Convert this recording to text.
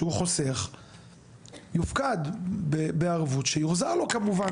שהוא חוסך יופקד בערבות שיוחזר לו כמובן